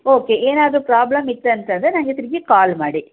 okay ಏನಾದರೂ problem ಇತ್ತಂತಂದರೆ ನನಗೆ ತಿರುಗಿ ಕಾಲ್ ಮಾಡಿ